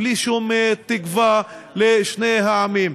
בלי שום תקווה לשני העמים.